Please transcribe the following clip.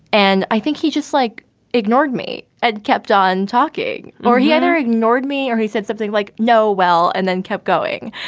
and i think he just like ignored me and kept on talking or he either ignored me or he said something like, no, well, and then kept going.